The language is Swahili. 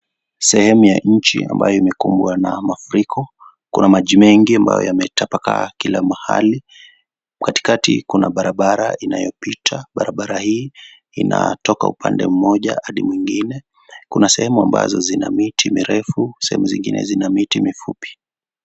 Sehemu ya nchi ambayo imekumbwa na mafuriko. Kuna maji mengi ambayo yametapakaa kila mahali. Katikati kuna barbara inayopita, barabar hii inatoka upande mmoja hadi mwingine. Kuna sehemu ambazo zina miti mirefu, sehemu zingine zina miti mifupi.